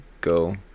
go